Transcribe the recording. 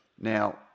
Now